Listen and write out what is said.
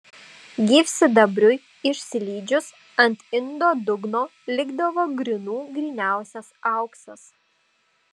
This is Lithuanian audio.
gyvsidabriui išsilydžius ant indo dugno likdavo grynų gryniausias auksas